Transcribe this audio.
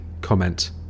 comment